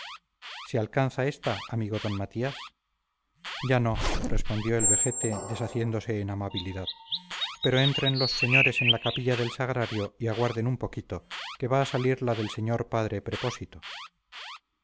se alcanza esta amigo d matías ya no respondió el vejete deshaciéndose en amabilidad pero entren los señores en la capilla del sagrario y aguarden un poquito que va a salir la del señor padre prepósito